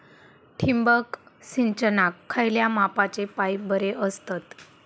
ठिबक सिंचनाक खयल्या मापाचे पाईप बरे असतत?